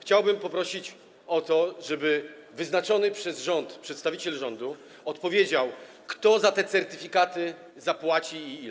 chciałbym poprosić o to, żeby wyznaczony przez rząd przedstawiciel rządu odpowiedział, kto za te certyfikaty zapłaci i ile.